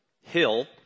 hill